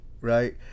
right